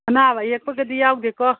ꯑꯅꯥꯕ ꯑꯌꯦꯛꯄꯒꯗꯤ ꯌꯥꯎꯗꯦꯀꯣ